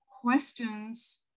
questions